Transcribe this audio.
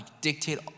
dictate